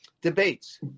debates